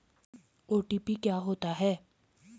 OTP क्या होता है?